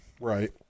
Right